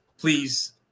please